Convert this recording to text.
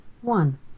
One